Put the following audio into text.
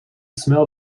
smell